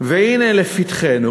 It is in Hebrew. והנה לפתחנו